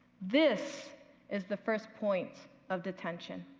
this is the first point of detention.